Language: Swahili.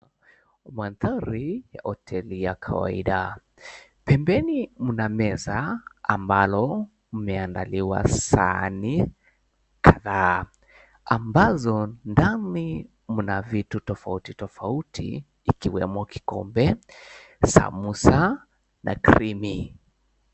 Mandhari ya hoteli ya kawaida. Pembeni mna meza ambalo mmeandaliwa sahani kadhaa ambazo ndani mna vitu tofauti tofauti ikiwemo; kikombe, sambusa na krimi.